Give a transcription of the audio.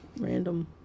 random